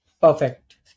Perfect